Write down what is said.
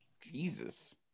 Jesus